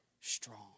strong